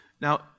Now